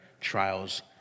trials